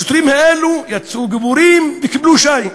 השוטרים האלו יצאו גיבורים וקיבלו שי.